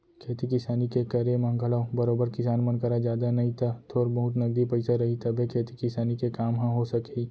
खेती किसानी के करे म घलौ बरोबर किसान मन करा जादा नई त थोर बहुत नगदी पइसा रही तभे खेती किसानी के काम ह हो सकही